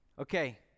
Okay